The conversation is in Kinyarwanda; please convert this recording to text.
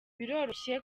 biroroshye